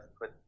put